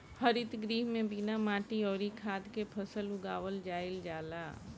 हरित गृह में बिना माटी अउरी खाद के फसल उगावल जाईल जाला